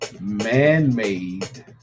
man-made